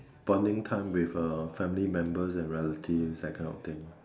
bonding time with a family members and relatives that kind of thing